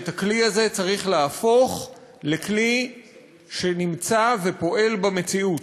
ואת הכלי הזה צריך להפוך לכלי שנמצא ופועל במציאות,